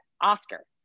Oscar